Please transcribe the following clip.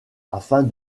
afin